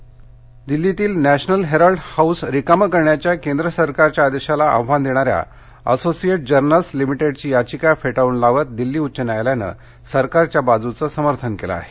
Harold दिल्लीतील National Herald House रिकामं करण्याच्या केंद्र सरकारच्या आदेशाला आव्हान देणाऱ्या असोसिएट जर्नल्स लिमिटेडची याचिका फेटाळून लावत दिली उच्च न्यायालयानं सरकारच्या बाजूचं समर्थन केलं आहे